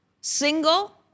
single